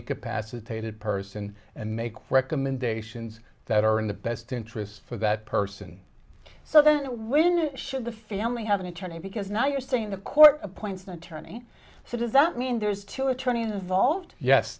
incapacitated person and make recommendations that are in the best interests for that person so then when should the family have an attorney because now you're saying the court appointed attorney so does that mean there's two attorneys involved yes